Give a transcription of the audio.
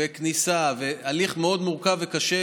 כניסה והליך מאוד מורכב וקשה,